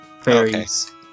Fairies